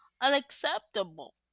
unacceptable